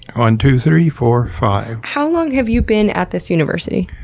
one two three four five. how long have you been at this university?